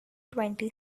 twenty